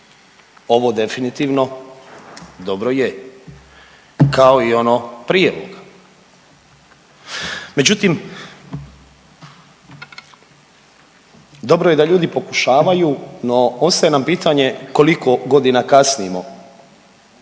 Ovo definitivno dobro je kao i ono prije ovoga. Međutim, dobro je da ljudi pokušavaju no ostaje nam pitanje koliko godina kasnimo